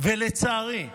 לצערי,